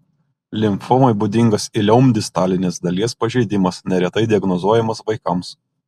limfomai būdingas ileum distalinės dalies pažeidimas neretai diagnozuojamas vaikams